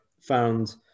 found